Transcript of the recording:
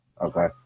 Okay